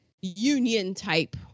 union-type